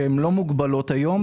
שהן לא מוגבלות היום,